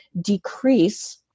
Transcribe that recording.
decrease